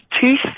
teeth